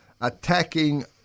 attacking